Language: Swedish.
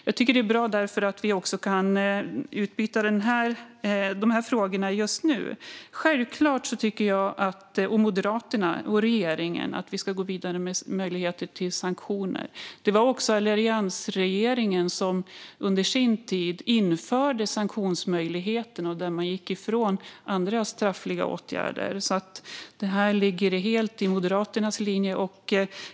Det är därför bra att vi kan ha ett utbyte om de här frågorna just nu. Självklart tycker jag, Moderaterna och regeringen att vi ska gå vidare med möjligheter till sanktioner. Det var alliansregeringen som under sin tid införde sanktionsmöjligheten där man gick ifrån andra straffrättsliga åtgärder. Det ligger helt i Moderaternas linje.